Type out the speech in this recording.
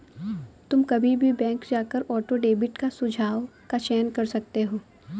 तुम कभी भी बैंक जाकर ऑटो डेबिट का सुझाव का चयन कर सकते हो